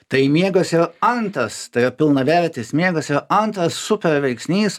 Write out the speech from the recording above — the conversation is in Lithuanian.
tai miegas yra antras tai yra pilnavertis miegas yra antras super veiksnys